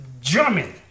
German